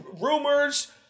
rumors